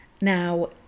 Now